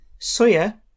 soya